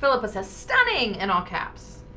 philippa says stunning in all caps